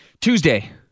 Tuesday